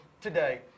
today